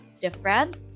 different